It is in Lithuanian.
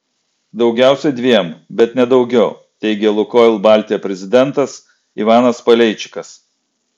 daugiausiai dviem bet ne daugiau teigė lukoil baltija prezidentas ivanas paleičikas